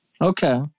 Okay